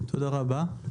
תודה רבה.